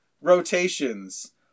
rotations